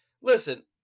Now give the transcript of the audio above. listen